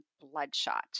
bloodshot